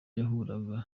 yahuraga